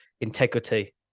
integrity